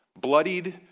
bloodied